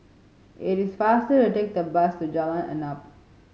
it is faster to take the bus to Jalan Arnap